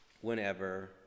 Whenever